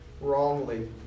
wrongly